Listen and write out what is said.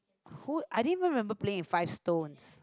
who I didn't even remember playing with five stones